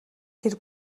тэр